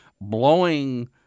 blowing